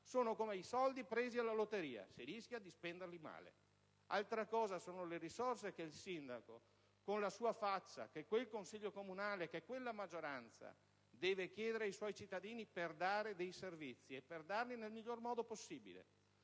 Sono come i soldi presi alla lotteria: si rischia di spenderli male. Altra cosa sono le risorse che il sindaco, con la sua faccia, che è quella del Consiglio comunale e della maggioranza, deve chiedere ai suoi cittadini per dare dei servizi, e per darli nel miglior modo possibile.